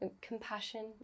compassion